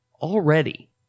already